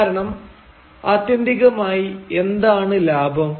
കാരണം ആത്യന്തികമായി എന്താണ് ലാഭം